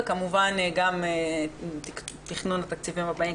וכמובן גם תכנון התקציבים הבאים,